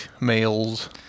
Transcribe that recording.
males